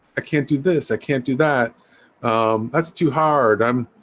i can't do this. i can't do that that's too hard. i'm